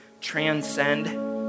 transcend